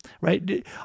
right